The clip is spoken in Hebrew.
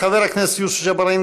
חבר הכנסת יוסף ג'בארין,